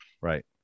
right